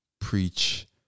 preach